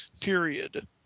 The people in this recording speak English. period